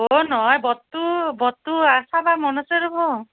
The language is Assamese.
অ নহয় বতটো বতটো আছে মনত আছে ৰ'ব